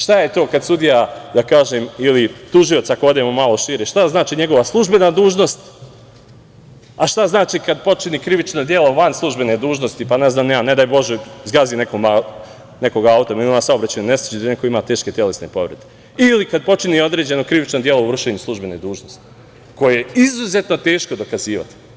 Šta je to kada sudija, da kažem, ili tužilac, ako odemo malo šire, šta znači njegova službena dužnost, a šta znači kada počini krivično delo van službene dužnosti, pa ne znam ni ja, ne daj Bože, zgazi nekog autom, pa da neko ima teške telesne povrede, ili kad počini određeno krivično delo u vršenju službene dužnosti koje je izuzetno teško dokazivati?